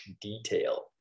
detail